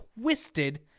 twisted